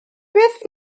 beth